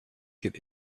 get